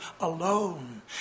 alone